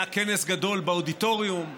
היה כנס גדול באודיטוריום,